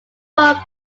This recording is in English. more